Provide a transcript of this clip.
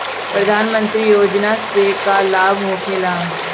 प्रधानमंत्री योजना से का लाभ होखेला?